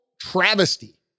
travesty